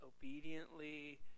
obediently